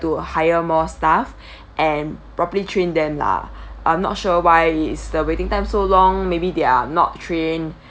to hire more staff and properly trained them lah I'm not sure why is the waiting time so long maybe they're not trained